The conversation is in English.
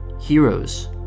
Heroes